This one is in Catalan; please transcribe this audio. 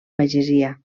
pagesia